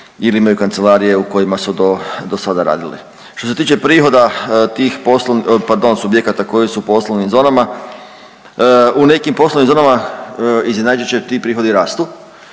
ili imaju kancelarije u kojima su dosada radili. Što se tiče prihoda tih poslovnih, pardon subjekta koji su u poslovnim zonama, u nekim poslovnim zonama iznenađujuće ti prihodi rastu.